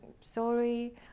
sorry